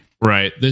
right